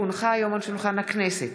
כי הונחה היום על שולחן הכנסת,